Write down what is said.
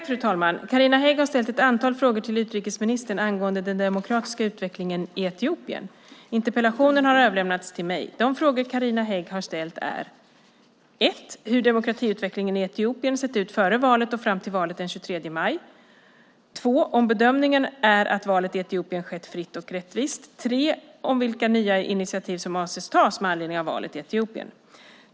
Fru talman! Carina Hägg har ställt ett antal frågor till utrikesministern angående den demokratiska utvecklingen i Etiopien. Interpellationen har överlämnats till mig. De frågor Carina Hägg har ställt är 1. hur demokratiutvecklingen i Etiopien sett ut före valet och fram till valet den 23 maj 2. om bedömningen är att valet i Etiopien skett fritt och rättvist 3. vilka nya initiativ som avses att tas med anledning av valet i Etiopien.